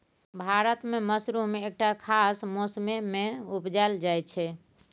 भारत मे मसरुम एकटा खास मौसमे मे उपजाएल जाइ छै